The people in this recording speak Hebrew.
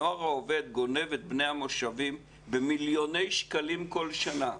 הנוער העובד גונב את בני המושבים במיליוני שקלים כל שנה.